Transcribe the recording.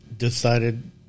decided